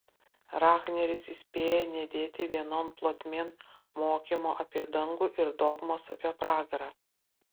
rahneris įspėja nedėti vienon plotmėn mokymo apie dangų ir dogmos apie pragarą